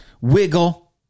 wiggle